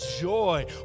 joy